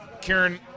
Karen